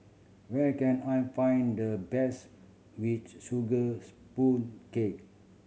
where can I find the best which sugar cake